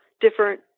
different